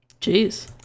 Jeez